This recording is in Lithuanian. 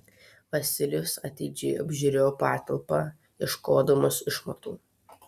vasilijus atidžiai apžiūrėjo patalpą ieškodamas išmatų